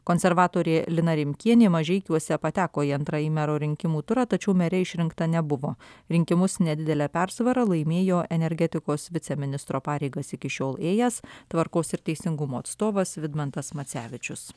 konservatorė lina rimkienė mažeikiuose pateko į antrąjį mero rinkimų turą tačiau mere išrinkta nebuvo rinkimus nedidele persvara laimėjo energetikos viceministro pareigas iki šiol ėjęs tvarkos ir teisingumo atstovas vidmantas macevičius